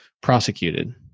prosecuted